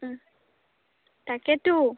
তাকেতো